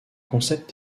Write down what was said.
concept